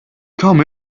come